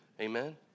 Amen